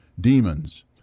demons